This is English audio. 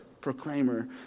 proclaimer